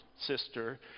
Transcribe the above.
sister